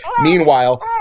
Meanwhile